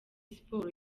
siporo